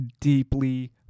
deeply